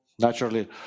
Naturally